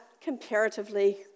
comparatively